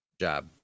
job